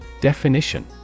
Definition